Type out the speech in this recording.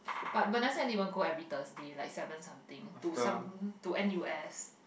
but Venessa even go every Thursday like seven something to some to N_U_S